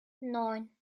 neun